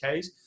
Ks